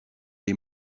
les